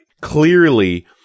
clearly